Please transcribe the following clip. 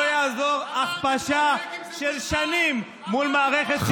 תעזור הכפשה של שנים מול מערכת שלטון החוק.